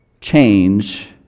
Change